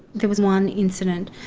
there was one incident,